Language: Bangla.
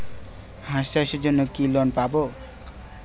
হাঁস চাষের জন্য কি লোন পাব?